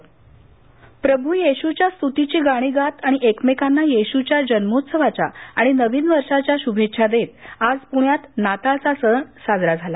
नाताळ प्रभू येशूच्या स्तूतीची गाणी गात आणि एकमेकांना येशूच्या जन्मोत्सवाच्या आणि नवीन वर्षांच्या शुभेच्छा देत आज पुण्यात सर्वत्र नाताळचा सण साजरा करण्यात आला